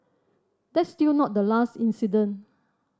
that's still not the last incident